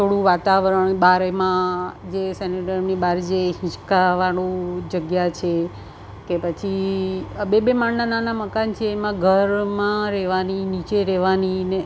થોડું વાતાવરણ બહાર એમાં જે સેનિટોરિયમની બહાર જે હિંચકાવાળું જગ્યા છે કે પછી આ બે બે માળના નાના મકાન છે એમાં ઘરમાં રહેવાની ને નીચે રહેવાની